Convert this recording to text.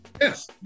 Yes